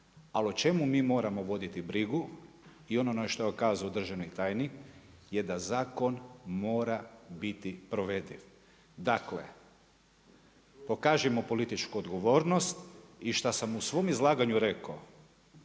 Ali o čemu mi moramo voditi brigu i ono što je kazao državni tajnik je da zakon mora biti provediv. Dakle, pokažimo političku odgovornost i što sam u svojem izagnaju rekao